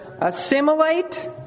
assimilate